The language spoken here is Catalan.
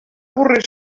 avorrir